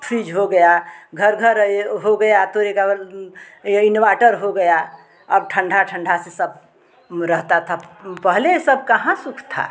fridge हो गया घर घर यह हो गया तो एक यह इनवाटर हो गया अब ठंढा ठंढा से सब रहता था पहले यह सब कहाँ सुख था